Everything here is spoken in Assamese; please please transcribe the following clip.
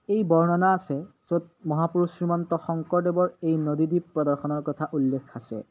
এই বৰ্ণনা আছে য'ত মহাপুৰুষ শ্ৰীমন্ত শংকৰদেৱৰ এই নদীদ্বীপ প্ৰদৰ্শনৰ কথা উল্লেখ আছে